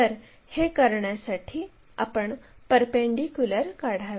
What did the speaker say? तर हे करण्यासाठी आपण परपेंडीक्युलर काढावे